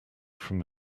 from